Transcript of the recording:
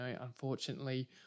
unfortunately